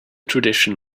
tradition